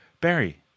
Barry